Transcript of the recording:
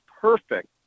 perfect